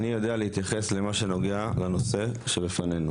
אני יודע להתייחס למה שנוגע לנושא שבפנינו,